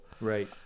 Right